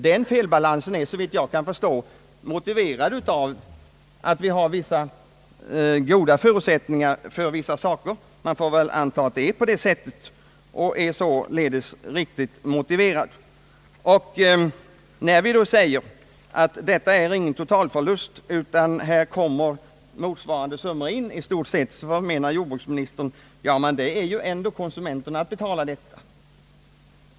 Denna felbalans är, såvitt jag kan förstå, förorsakad av att vi har bättre förutsättningar när det gäller viss produktion än för annan och bör således vara sam hällsekonomiskt motiverad. Detta är emellertid ingen totalförlust, utan här kommer i stort sett motsvarande summor in vid motsvarande import. Då säger jordbruksministern: Men här får ju ändå konsumenterna betala stora summor.